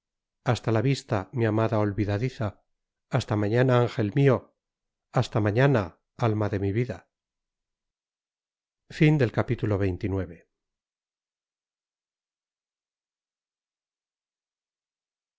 hasta la vista mi amada olvidadiza hasta mañana ángel mio hasta mañana alma de mi vida